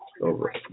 Over